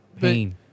pain